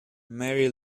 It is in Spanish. mary